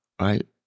right